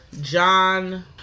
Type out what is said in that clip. John